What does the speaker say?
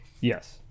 Yes